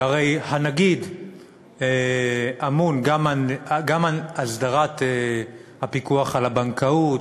שהרי הנגיד אמון גם על הסדרת הפיקוח על הבנקאות,